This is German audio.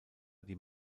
die